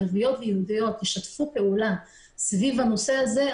ערביות ויהודיות ישתפו פעולה סביב הנושא הזה,